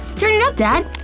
turn it up, dad!